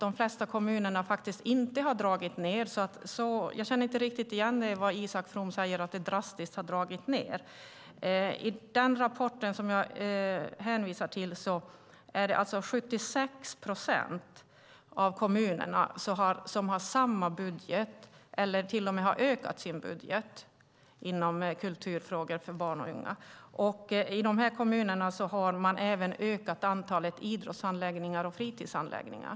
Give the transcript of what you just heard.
De flesta kommuner har faktiskt inte gjort några neddragningar. Jag känner inte riktigt igen när Isak From säger att det har skett drastiska neddragningar. I den rapport jag hänvisar till har 76 procent av kommunerna samma budget eller till och med en ökad budget inom området kulturfrågor för barn och unga. I de kommunerna har de även ökat antalet idrottsanläggningar och fritidsanläggningar.